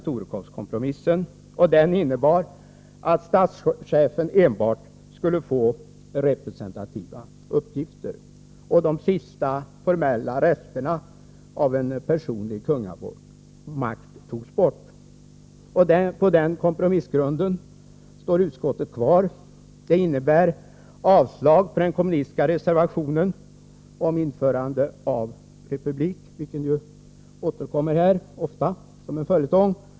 Torekovskompromissen. Den innebar att statschefen enbart skulle få representativa uppgifter. De sista formella resterna av en personlig kungamakt togs bort. På denna kompromissgrund står utskottet kvar. Det innebär avstyrkande av den kommunistiska reservationen med förslag om Vissa frågor på det Vissa frågor på det införande av republik, vilken återkommer ofta som en följetong.